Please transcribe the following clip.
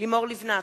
לימור לבנת,